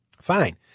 fine